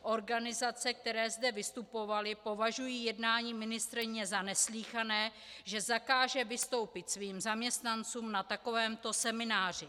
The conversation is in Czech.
Organizace, které zde vystupovaly, považují jednání ministryně za neslýchané, že zakáže vystoupit svým zaměstnancům na takovémto semináři.